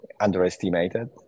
underestimated